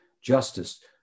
justice